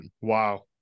Wow